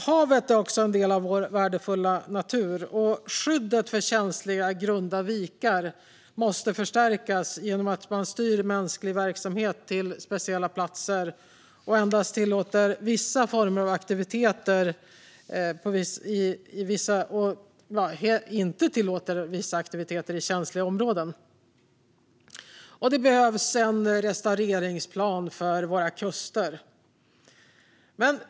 Havet är också en del av vår värdefulla natur. Skyddet för känsliga grunda vikar måste förstärkas genom att man styr mänsklig verksamhet till speciella platser och endast tillåter vissa former av aktiviteter eller inga aktiviteter alls i känsliga områden. Det behövs också en restaureringsplan för våra kuster.